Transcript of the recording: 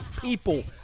People